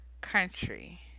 country